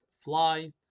fly